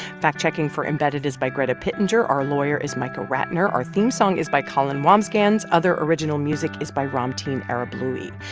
fact-checking for embedded is by greta pittenger. our lawyer is michael ratner. our theme song is by colin wambsgans. other original music is by ramtin arablouei.